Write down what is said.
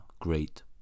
great